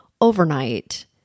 overnight